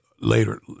later